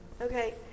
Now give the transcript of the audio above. Okay